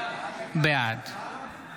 בעד